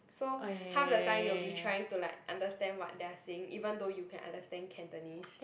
so half the time you will be trying to like understand what they are saying even though you can understand Cantonese